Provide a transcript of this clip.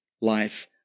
life